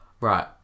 right